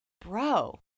bro